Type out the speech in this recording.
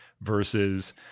versus